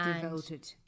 Devoted